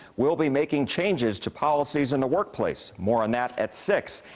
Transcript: will be making changes to policies in the workplace. more on that at six